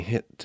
hit